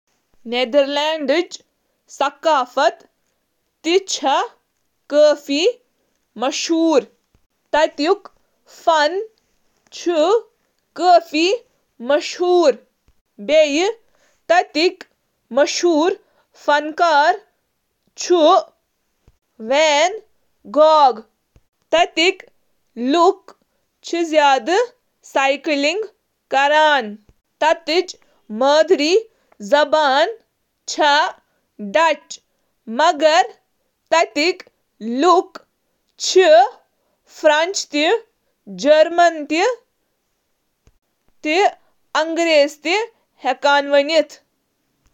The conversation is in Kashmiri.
نیدرلینڈس منٛز چُھ اکھ بھرپور ثقافت یتھ منٛز شٲمل: فن تہٕ دستکاری، کھین، کٲم ہنٛز ثقافت، اقدار، علامتہٕ تہٕ نیدرلینڈز چِھ آزٲدی، تخلیقی صلاحیتہٕ تہٕ اختراعتس پیٹھ واریاہ اہمیت دیوان، یُس نئین خیالاتن تہٕ اثراتن متعلق امکس کھلہٕ تہٕ خوش آمدید رویس منٛز چُھ ظأہر گژھان۔